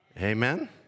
amen